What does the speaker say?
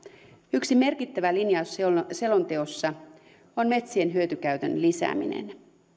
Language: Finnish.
yksi merkittävä linjaus selonteossa on metsien hyötykäytön lisääminen